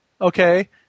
Okay